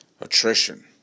attrition